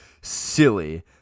silly